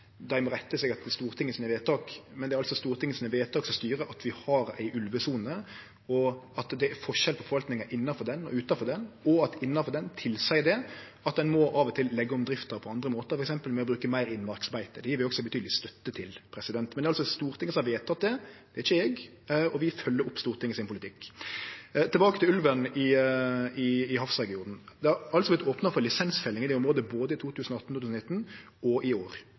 dei må rette seg etter Stortingets vedtak. Men det er altså Stortingets vedtak som styrer at vi har ei ulvesone, at det er forskjell på forvaltinga innanfor sona og utanfor sona, og at innanfor sona tilseier det at ein av og til må leggje om drifta på andre måtar, f.eks. ved å bruke meir innmarksbeite. Det gjev vi også betydeleg støtte til. Men det er altså Stortinget som har vedteke det, det er ikkje eg, og vi følgjer opp Stortingets politikk. Tilbake til ulven i havregionen: Det har vorte opna for lisensfelling i det området – både i 2018, i 2019 og i år. Den lisensfellinga fortset til 31. mai, og det har i